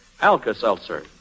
Alka-Seltzer